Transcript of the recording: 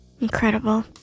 Incredible